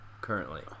currently